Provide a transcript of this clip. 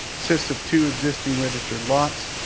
so so of two existing registered lots.